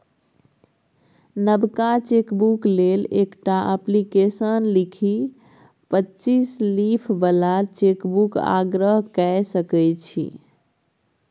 नबका चेकबुक लेल एकटा अप्लीकेशन लिखि पच्चीस लीफ बला चेकबुकक आग्रह कए सकै छी